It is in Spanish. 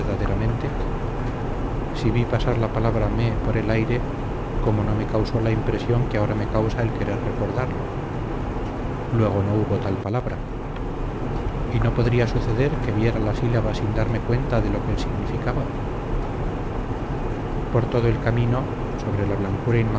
verdaderamente si vi pasar la palabra mé por el aire cómo no me causó la impresión que ahora me causa el querer recordarlo luego no hubo tal palabra y no podría suceder que viera la sílaba sin darme cuenta de lo que significaba por todo el camino sobre la blancura